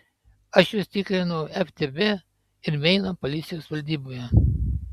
aš jus tikrinau ftb ir meino policijos valdyboje